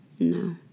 no